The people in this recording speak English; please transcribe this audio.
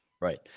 Right